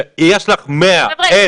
כשיש לך 100 ראשונים --- חבר'ה,